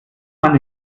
man